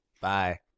Bye